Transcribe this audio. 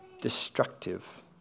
destructive